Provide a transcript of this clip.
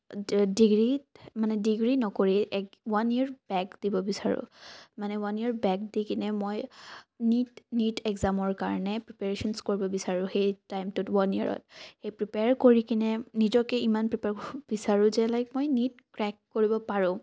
ডিগ্ৰীত মানে ডিগ্ৰী নকৰি এক ওৱান ইয়েৰ বেক দিব বিচাৰোঁ মানে ওৱান ইয়েৰ বেক দি কিনে মই নীট নীট এক্সামৰ কাৰণে প্ৰিপেৰেশ্যনচ কৰিব বিচাৰোঁ সেই টাইমটোত ওৱান ইয়েৰত সেই প্ৰিপ্ৰেয়েৰ কৰি কিনে নিজকে ইমান প্ৰিপেয়েৰ বিচাৰোঁ যে লাইক মই নীট ক্ৰেক কৰিব পাৰোঁ